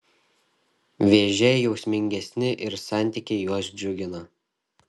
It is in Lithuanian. vėžiai jausmingesni ir santykiai juos džiugina